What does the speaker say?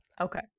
Okay